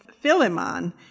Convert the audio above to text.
Philemon